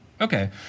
Okay